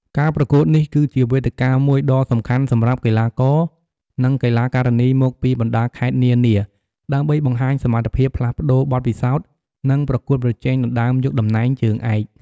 ការប្រកួតនេះគឺជាវេទិកាមួយដ៏សំខាន់សម្រាប់កីឡាករ និងកីឡាការិនីមកពីបណ្ដាខេត្តនានាដើម្បីបង្ហាញសមត្ថភាព ផ្លាស់ប្ដូរបទពិសោធន៍ និងប្រកួតប្រជែងដណ្ដើមយកតំណែងជើងឯក។